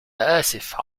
آسف